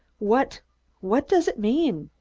what what does it mean?